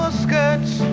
skirts